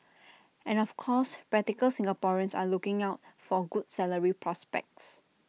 and of course practical Singaporeans are looking out for good salary prospects